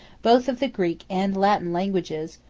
both of the greek and latin languages,